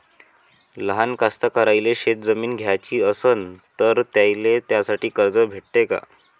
लहान कास्तकाराइले शेतजमीन घ्याची असन तर त्याईले त्यासाठी कर्ज भेटते का?